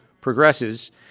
progresses